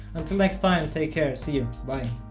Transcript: until next time take care see you bye.